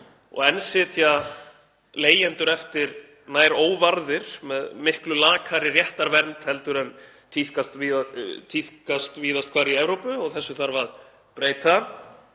Og enn sitja leigjendur eftir nær óvarðir með miklu lakari réttarvernd heldur en tíðkast víðast hvar í Evrópu. Þessu þarf að breyta.